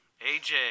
AJ